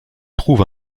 trouve